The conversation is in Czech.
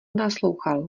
naslouchal